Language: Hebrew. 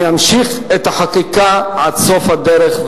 אני אמשיך את החקיקה עד סוף הדרך,